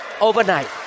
overnight